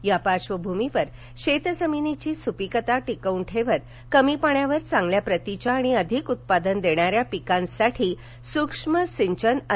त्या पार्श्वभूमीवर शेत जमिनीची सुपीकता टिकवून ठेवत कमी पाण्यावर चांगल्या प्रतीच्या आणि अधिक उत्पादन देणाऱ्या पिकांसाठी सुक्ष्म सिंचन अनिवार्य आहे